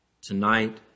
tonight